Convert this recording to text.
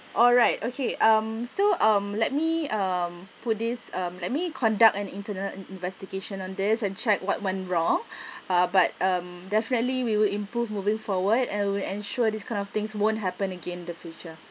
alright okay um so um let me um put this um let me conduct an internal in~ investigation on this and check what went wrong ah but um definitely we will improve moving forward and will ensure these kind of things won't happen again in the future